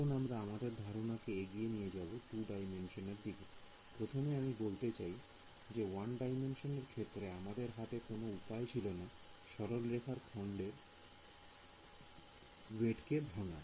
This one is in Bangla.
এখন আমরা আমাদের ধারণা কে এগিয়ে নিয়ে যাবে 2D র দিকে প্রথমে আমি বলতে চাই যে 1D এর ক্ষেত্রে আমাদের হাতে কোন উপায় ছিল না সরলরেখার খণ্ডের ওয়েট কে ভাঙার